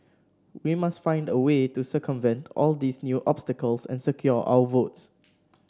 we must find a way to circumvent all these new obstacles and secure our votes